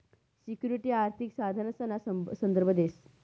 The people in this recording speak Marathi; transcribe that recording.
सिक्युरिटी आर्थिक साधनसना संदर्भ देस